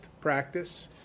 practice